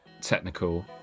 technical